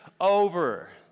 over